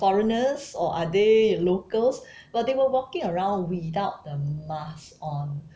foreigners or are they locals but they were walking around without the mask on